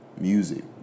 music